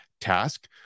task